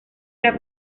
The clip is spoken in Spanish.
era